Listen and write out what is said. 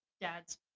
Dad's